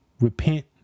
repent